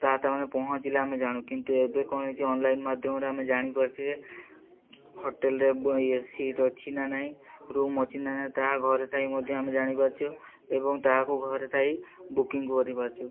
ତାହା ତ ଆମେ ପହଞ୍ଚିଲେ ଆମେ ଜାଣୁ କିନ୍ତୁ ଏବେ କ'ଣ ହେଇଛି ଅନଲାଇନ୍ ମାଧ୍ୟମରେ ଆମେ ଜାଣିପାରୁଛେ ଯେ ହୋଟେଲରେ ସିଟ୍ ଅଛି ନା ନାଇଁ ରୁମ୍ ଅଛି ନା ନାହିଁ ତାହା ଘରେ ଥାଇ ମଧ୍ୟ ଆମେ ଜାଣିପାରୁଛୁ ଏବଂ ତାହାକୁ ଘରେ ଥାଇ ବୁକିଂ କରିପାରୁଛୁ